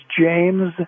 james